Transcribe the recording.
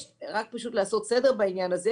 רק כדי לעשות סדר בעניין הזה,